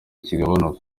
kigabanuka